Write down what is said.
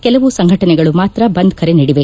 ಕೆಲವು ಸಂಘಟನೆಗಳು ಮಾತ್ರ ಬಂದ್ ಕರೆ ನೀಡಿವೆ